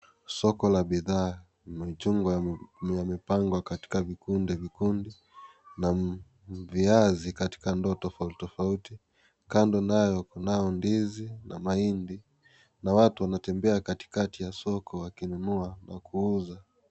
Soko la bidhaa machungwa yamepangwa katika vikundivikundi na viazi katika ndoo tofautitofauti, kando nao kunao ndizi na mahindi na watu wakatembea katikati ya soko wakinununua na kuuza.